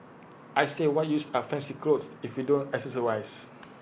I say what use are fancy clothes if you don't accessorise